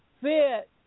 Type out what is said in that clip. fit